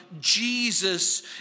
Jesus